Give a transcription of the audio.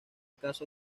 caso